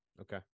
Okay